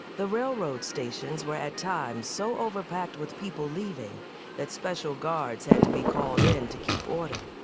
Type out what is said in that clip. the railroad stations were at times so overpacked with people leaving that special guides had to be called in to keep order